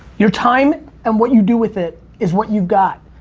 your time and what you do with it is what you got.